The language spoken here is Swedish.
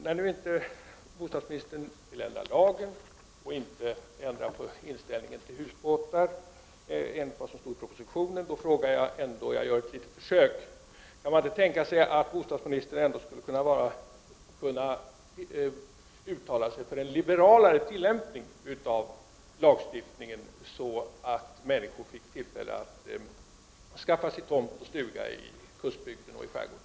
När nu bostadsministern inte vill ändra lagen och inte ändra sin inställning till husbåtar enligt vad som står i propositionen, gör jag ändå ett litet försök genom att fråga: Kan bostadsministern inte tänka sig att uttala sig för en liberalare tillämpning av lagstiftningen, så att människor kunde få tillfälle att skaffa sig tomt och stuga i kustbygderna och i skärgården?